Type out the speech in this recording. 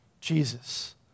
Jesus